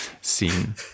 scene